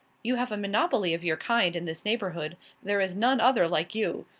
you have a monopoly of your kind in this neighbourhood there is none other like you.